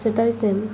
ସେଇଟା ବି ସେମ୍